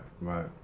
right